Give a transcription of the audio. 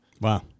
Wow